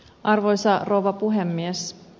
arvoisa rouva puhemies